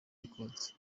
record